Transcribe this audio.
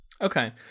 Okay